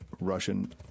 Russian